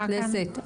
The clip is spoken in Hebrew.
חברת הכנסת,